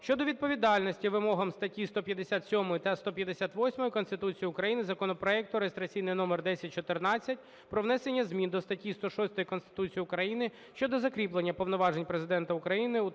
щодо відповідності вимогам статті 157 та 158 Конституції України законопроекту (реєстраційний номер 1014) про внесення змін до статті 106 Конституції України (щодо закріплення повноважень Президента України